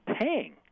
paying